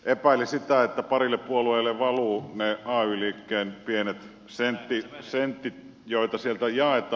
epäili sitä että parille puolueelle valuvat ne ay liikkeen pienet sentit joita sieltä jaetaan